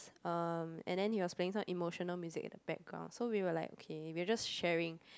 um and then he was playing some emotional music at the background so we were like okay we were just sharing